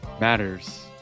matters